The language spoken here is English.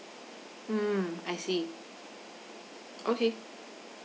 mm I see okay